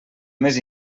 més